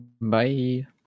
Bye